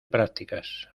prácticas